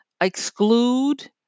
exclude